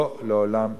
לא לעולם חוסן.